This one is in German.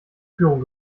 führung